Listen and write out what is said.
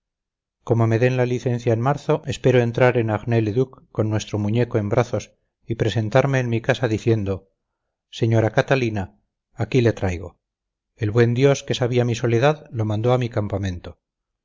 como me den la licencia en marzo espero entrar en arnay le duc con vuestro muñeco en brazos y presentarme en mi casa diciendo señora catalina aquí le traigo el buen dios que sabía mi soledad lo mandó a mi campamento